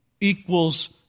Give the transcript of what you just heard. equals